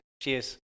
Cheers